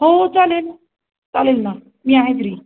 हो हो चालेल चालेल ना मी आहे फ्री